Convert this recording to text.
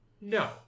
No